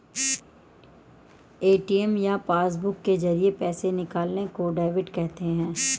ATM या passbook के जरिये पैसे निकालने को डेबिट कहते हैं